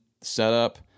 setup